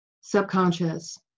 subconscious